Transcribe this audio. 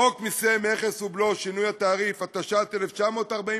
חוק מסי מכס ובלו (שינוי התעריף), התש"ט 1949,